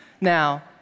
Now